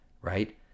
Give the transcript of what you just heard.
right